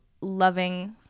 loving